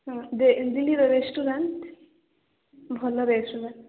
ହଁ ଦିଲ୍ଲୀର ରେଷ୍ଟୁରାଣ୍ଟ୍ ଭଲ ରେଷ୍ଟୁରାଣ୍ଟ୍